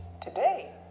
today